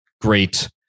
great